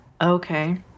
Okay